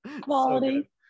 Quality